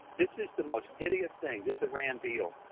this is the most hideous thing, this iran deal.